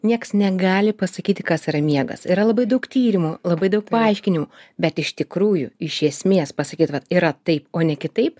nieks negali pasakyti kas yra miegas yra labai daug tyrimu labai daug paaiškinimų bet iš tikrųjų iš esmės pasakyt vat yra taip o ne kitaip